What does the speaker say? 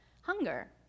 hunger